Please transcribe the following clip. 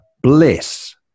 bliss